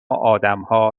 آدمها